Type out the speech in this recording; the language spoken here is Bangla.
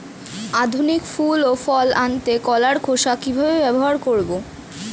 অধিক ফুল ও ফল আনতে কলার খোসা কিভাবে ব্যবহার করব?